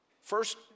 First